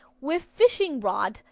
with fishing rod,